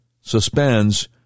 suspends